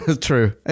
true